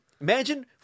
Imagine